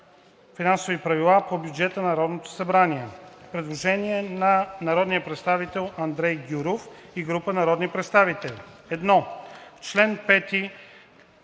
„Финансови правила по бюджета на Народното събрание“. Предложение на народния представител Андрей Гюров и група народни представители: „1. В чл.